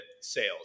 sales